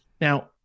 Now